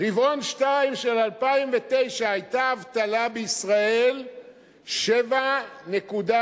ברבעון 2 של 2009, היתה בישראל אבטלה של 7.4%,